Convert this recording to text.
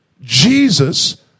Jesus